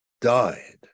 died